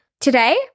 Today